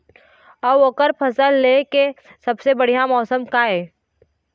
अऊ ओकर फसल लेय के सबसे बढ़िया मौसम का ये?